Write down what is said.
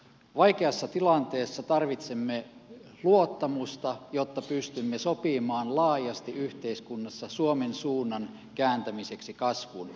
vaikeassa tilanteessa tarvitsemme luottamusta jotta pystymme sopimaan laajasti yhteiskunnassa suomen suunnan kääntämiseksi kasvuun